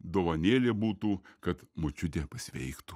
dovanėlė būtų kad močiutė pasveiktų